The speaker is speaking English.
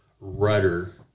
rudder